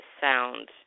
sound